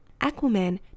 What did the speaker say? Aquaman